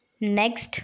next